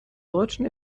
deutschen